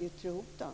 yttre hoten.